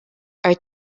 are